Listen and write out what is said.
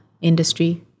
industry